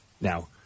Now